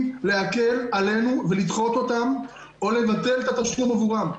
להקל עלינו ולדחות אותם או לבטל את התשלום עבורם: